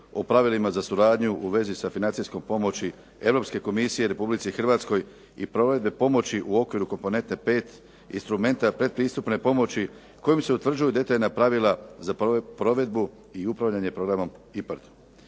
o pravilima za suradnju u vezi sa financijskom pomoći Europske komisije Republici Hrvatskoj i provedbe pomoći u okviru komponente 5 instrumenta predpristupne pomoći kojom se utvrđuju detaljna pravila za provedbu i upravljanje programom IPARD.